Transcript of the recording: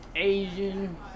asian